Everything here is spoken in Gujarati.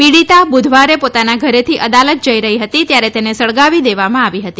પીડિતા બુધવારે પોતાના ઘરેથી અદાલત જઈ રહી હતી ત્યારે તેને સળગાવી દેવામાં આવી હતી